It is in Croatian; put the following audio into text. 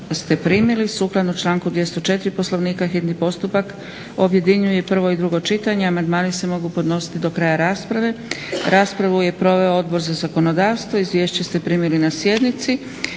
ste primili. Sukladno članku 204. Poslovnika hitni postupak objedinjuje prvo i drugo čitanje. Amandmani se mogu podnositi do kraja rasprave. Raspravu je proveo Odbor za zakonodavstvo. Izvješća ste primili na sjednici.